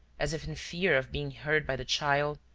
as if in fear of being heard by the child,